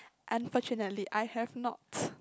unfortunately I have not